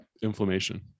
Inflammation